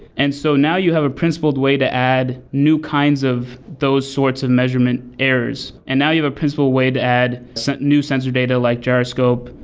and so now you have a principled way to add new kinds of those sorts of measurement errors, and now you have a principal way to add some new sensor data like gyroscope,